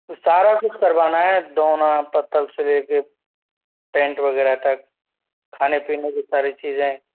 सारा कुछ करवाना है दोना पत्तल से लेके टेंट वगैरह तक खाने पीने की सारी चीज़ें